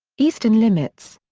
eastern limits.